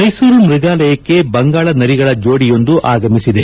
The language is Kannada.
ಮೈಸೂರು ಮೃಗಾಲಯಕ್ಕೆ ಬಂಗಾಳ ನರಿಗಳ ಜೋಡಿಯೊಂದು ಆಗಮಿಸಿದೆ